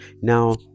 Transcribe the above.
now